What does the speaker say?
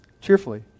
Cheerfully